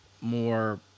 more